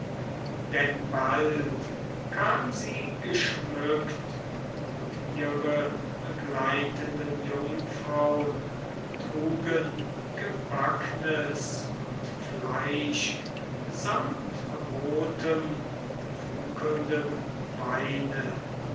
denn bald kam sie geschmückt und ihre begleitenden jungfraun trugen gebacknes und fleisch samt rotem funkelnden weine